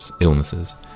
illnesses